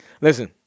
listen